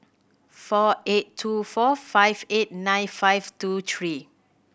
four eight two four five eight nine five two three